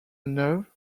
nerve